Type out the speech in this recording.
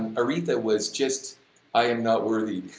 aretha was just i'm not worthy,